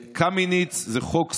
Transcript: קמיניץ זה חוק סופר-חשוב,